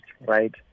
right